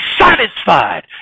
satisfied